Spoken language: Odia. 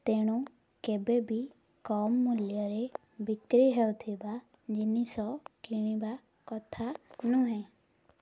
ତେଣୁ କେବେ ବି କମ୍ ମୂଲ୍ୟରେ ବିକ୍ରି ହେଉଥିବା ଜିନିଷ କିଣିବା କଥା ନୁହେଁ